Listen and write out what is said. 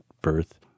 birth